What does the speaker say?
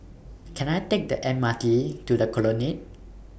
Can I Take The M R T to The Colonnade